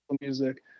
music